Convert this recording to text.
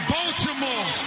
Baltimore